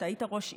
אתה היית ראש עיר,